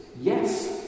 yes